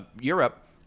Europe